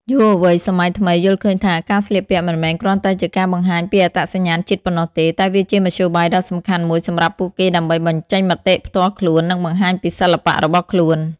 យុវវ័យសម័យថ្មីយល់ឃើញថា ការស្លៀកពាក់ មិនមែនគ្រាន់តែជាការបង្ហាញពីអត្តសញ្ញាណជាតិប៉ុណ្ណោះទេ តែវាជាមធ្យោបាយដ៏សំខាន់មួយសម្រាប់ពួកគេដើម្បី បញ្ចេញមតិផ្ទាល់ខ្លួន និងបង្ហាញពី សិល្បៈ របស់ខ្លួន។